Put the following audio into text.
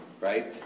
right